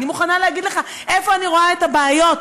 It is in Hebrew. אני מוכנה להגיד לך איפה אני רואה את הבעיות,